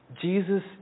Jesus